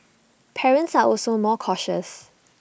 parents are also more cautious